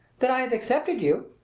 that i have accepted you?